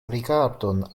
rigardon